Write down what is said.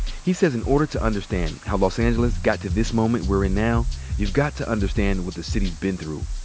he says in order to understand how los angeles got to this moment we're in now you've got to understand what the city's been through.